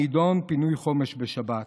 הנדון: פינוי חומש בשבת.